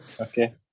okay